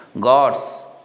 gods